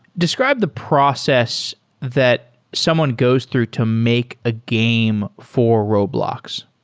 describe the process that someone goes through to make a game for roblox.